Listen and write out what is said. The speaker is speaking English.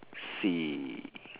see